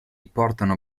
portano